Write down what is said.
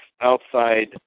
outside